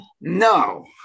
No